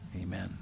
amen